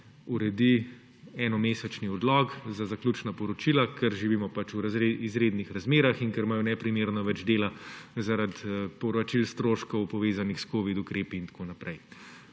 uredi enomesečni odlok za zaključna poročila, ker živimo pač v izrednih razmerah in ker imajo neprimerno več dela zaradi povračil stroškov, povezanih s covid ukrepi, in tako naprej.